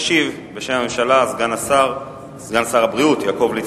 ישיב בשם הממשלה סגן שר הבריאות יעקב ליצמן.